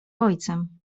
ojcem